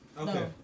Okay